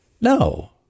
No